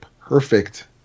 perfect